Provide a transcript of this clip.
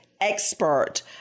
expert